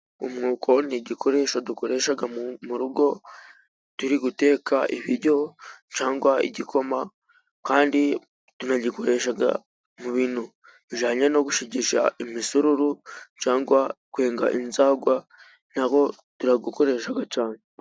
Umwuko ni igikoresho dukoresha mu rugo， turi guteka ibiryo cyangwa igikoma，kandi tunagikoresha mu bintu bijanye no gushigisha imisururu， cyangwa kwenga inzagwa， naho turawukoresha cyane.